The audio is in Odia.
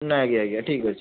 ଆଜ୍ଞା ଆଜ୍ଞା ଠିକ୍ ଅଛି